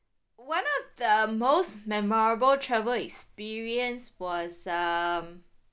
one of the most memorable travel experience was um